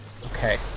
Okay